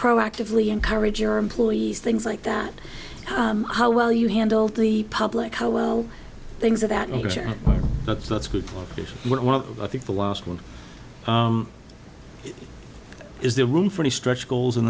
proactively encourage your employees things like that how well you handle the public how well things of that nature but that's good while i think the last one is there room for the stretch goals in